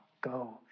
Go